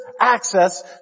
access